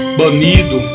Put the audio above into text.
banido